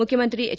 ಮುಖ್ಯಮಂತ್ರಿ ಎಚ್